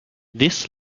this